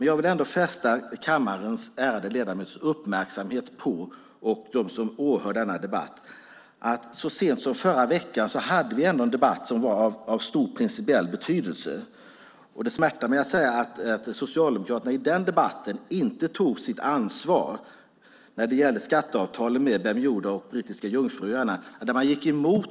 Jag vill ändå uppmärksamma kammarens ärade ledamöter och dem som åhör denna debatt på att vi så sent som förra veckan hade en debatt som var av stor principiell betydelse. Det smärtar mig att säga att Socialdemokraterna i den debatten inte tog sitt ansvar när det gällde skatteavtalen med Bermuda och Brittiska Jungfruöarna. Man gick emot.